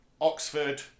Oxford